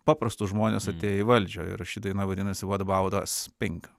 paprastus žmones atėję į valdžią ir ši daina vadinasi what about us pink